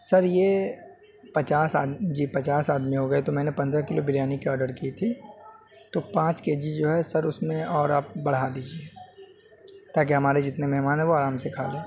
سر یہ پچاس جی پچاس آدمی ہو گئے تو میں نے پندرہ کلو بریانی کے آڈر کی تھی تو پانچ کے جی جو ہے سر اس میں اور آپ بڑھا دیجیے تاکہ ہمارے جتنے مہمان ہیں وہ آرام سے کھا لیں